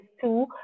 two